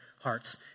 hearts